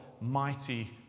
mighty